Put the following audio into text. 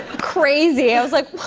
crazy. i was like,